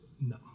no